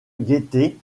gaieté